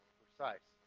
precise